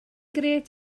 grêt